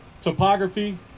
topography